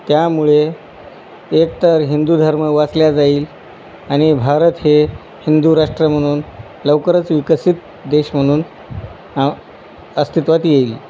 त्यामुळे एकतर हिंदू धर्म वाचला जाईल आणि भारत हे हिंदू राष्ट्र म्हणून लवकरच विकसित देश म्हणून अस्तित्वात येईल